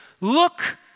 look